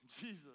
Jesus